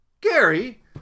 Gary